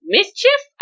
Mischief